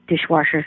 dishwasher